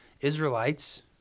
Israelites